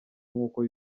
nk’uko